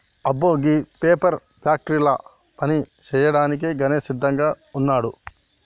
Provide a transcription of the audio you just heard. అబ్బో గీ పేపర్ ఫ్యాక్టరీల పని సేయ్యాడానికి గణేష్ సిద్దంగా వున్నాడు